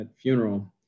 funeral